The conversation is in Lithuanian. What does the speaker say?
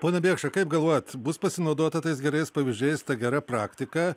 pone bėkša kaip galvojat bus pasinaudota tais gerais pavyzdžiais ta gera praktika